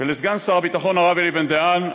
ולסגן שר הביטחון הרב אלי בן-דהן,